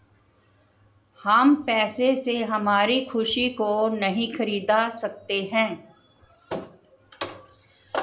हम पैसे से हमारी खुशी को नहीं खरीदा सकते है